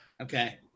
Okay